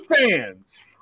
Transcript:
fans